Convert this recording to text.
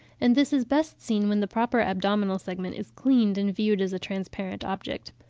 and this is best seen when the proper abdominal segment is cleaned and viewed as a transparent object.